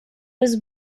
was